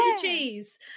cheese